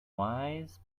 wise